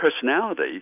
personality